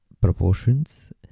proportions